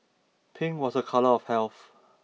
pink was a colour of health